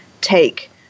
take